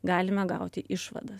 galime gauti išvadas